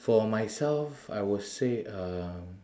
for myself I will say uh